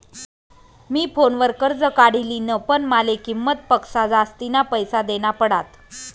मी फोनवर कर्ज काढी लिन्ह, पण माले किंमत पक्सा जास्तीना पैसा देना पडात